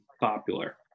popular